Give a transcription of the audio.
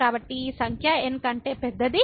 కాబట్టి ఈ సంఖ్య n కంటే పెద్దది